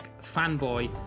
Fanboy